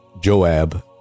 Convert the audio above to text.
Joab